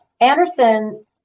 Anderson